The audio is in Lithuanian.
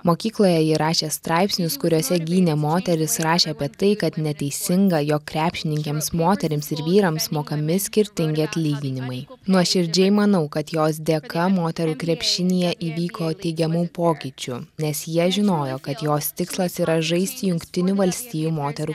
mokykloje ji rašė straipsnius kuriuose gynė moteris rašė apie tai kad neteisinga jog krepšininkėms moterims ir vyrams mokami skirtingi atlyginimai nuoširdžiai manau kad jos dėka moterų krepšinyje įvyko teigiamų pokyčių nes jie žinojo kad jos tikslas yra žaisti jungtinių valstijų moterų